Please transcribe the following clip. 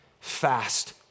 fast